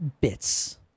bits